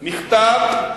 השלטון המקומי...